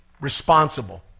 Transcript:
responsible